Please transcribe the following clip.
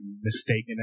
mistaken